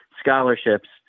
scholarships